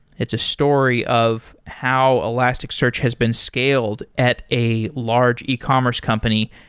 it's a story of how elasticsearch has been scaled at a large ecommerce company,